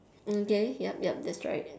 mm okay yup yup that's right